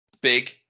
Big